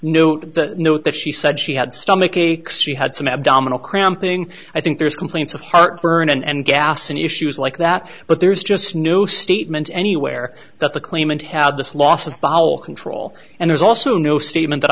note the note that she said she had stomach aches she had some abdominal cramping i think there's complaints of heartburn and gas and issues like that but there's just no statement anywhere that the claimant had this loss of control and there's also no statement that